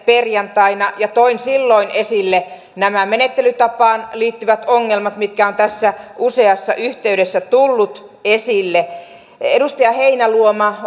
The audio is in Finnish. perjantaina ja toin silloin esille nämä menettelytapaan liittyvät ongelmat mitkä ovat useassa yhteydessä tulleet esille edustaja heinäluoma